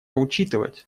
учитывать